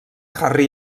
harry